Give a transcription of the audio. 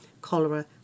cholera